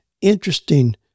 interesting